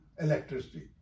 electricity